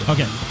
Okay